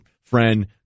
friend